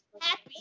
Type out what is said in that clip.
happy